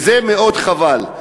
וזה מאוד חבל.